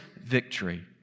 victory